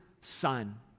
son